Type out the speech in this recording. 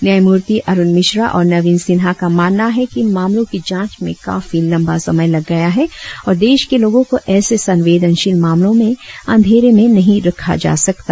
न्यायमूर्ति अरुण मिश्रा और नवीन सिन्हा का मानना है कि इन मामलों की जांच में काफी लंबा समय लग गया है और देश के लोगों को ऐसे संवेदनशील मामलों में अंधेरे में नहीम रखा जा सकता